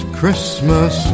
Christmas